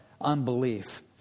unbelief